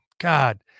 God